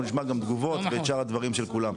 נשמע גם תגובות ואת שאר הדברים של כולם.